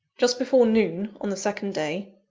just before noon, on the second day,